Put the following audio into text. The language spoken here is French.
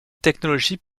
technologies